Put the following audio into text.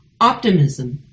Optimism